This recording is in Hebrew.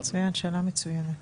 שאלה מצוינת.